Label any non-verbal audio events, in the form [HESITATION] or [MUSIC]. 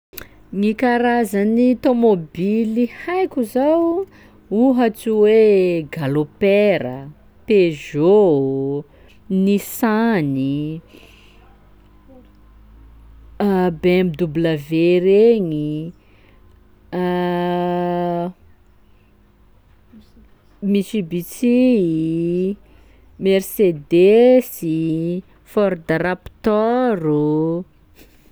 Gny karazan'ny tômôbily haiko zao: ohatsy hoe Galoper a, Peugeot, Nissan i, [HESITATION] BMW regny, [HESITATION] Mitsubishi i, Mercedes, Ford Raptor.